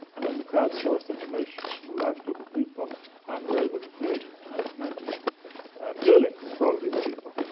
and then we crowdsourced information from a large group of people and we are able to create nineteen and blue links for all of these people.